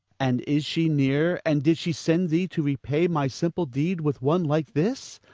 and is she near, and did she send thee to repay my simple deed with one like this? ah,